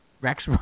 Rex